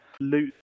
loot